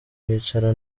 wicara